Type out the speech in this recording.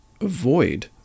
Avoid